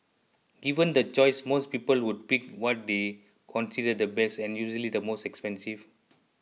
given the choice most people would pick what they consider the best and usually the most expensive